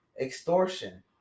Extortion